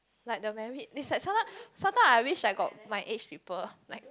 like the married is like sometime sometime I wish I got my age people like